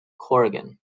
corrigan